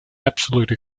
absolute